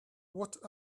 what